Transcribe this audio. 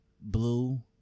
Blue